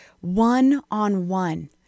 one-on-one